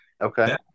Okay